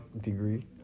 degree